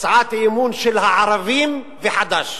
הצעת אי-אמון של הערבים וחד"ש.